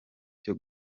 cyo